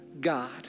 God